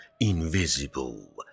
invisible